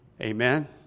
Amen